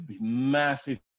massive